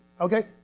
Okay